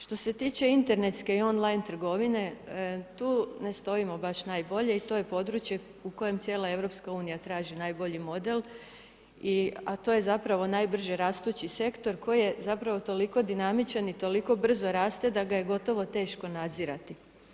Što se tiče internetske i on line trgovine, tu ne stojimo baš najbolje i to je područje u kojem cijela EU traži najbolji model a to je zapravo najbrže rastući sektor koji je zapravo toliko dinamičan i toliko brzo raste da ga je gotovo teško nadzirati.